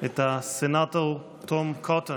את הסנטור תום קוטון,